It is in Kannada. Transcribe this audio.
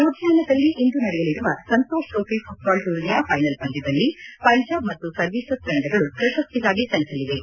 ಲೂಧಿಯಾನದಲ್ಲಿ ಇಂದು ನಡೆಯಲಿರುವ ಸಂತೋಷ್ ಟೋಫಿ ಘುಟ್ಟಾಲ್ ಟೂರ್ನಿಯ ಫೈನಲ್ ಪಂದ್ಕದಲ್ಲಿ ಪಂಜಾಬ್ ಮತ್ತು ಸರ್ವೀಸಸ್ ತಂಡಗಳು ಪ್ರಶಸ್ತಿಗಾಗಿ ಸೆಣಸಲಿವೆ